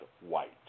white